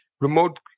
remote